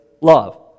love